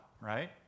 right